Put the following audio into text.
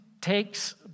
takes